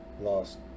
lost